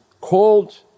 called